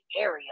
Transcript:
area